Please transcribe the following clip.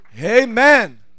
Amen